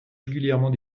régulièrement